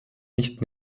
nicht